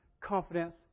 confidence